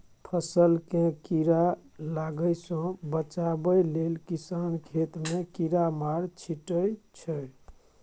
फसल केँ कीड़ा लागय सँ बचाबय लेल किसान खेत मे कीरामार छीटय छै